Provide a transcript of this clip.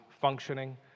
functioning